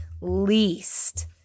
least